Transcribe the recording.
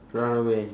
run away